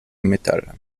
metal